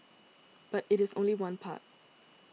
but it is only one part